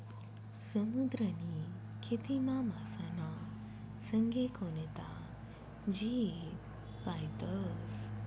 समुद्रनी खेतीमा मासाना संगे कोणता जीव पायतस?